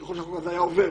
ככל שהחוק הזה היה עובר,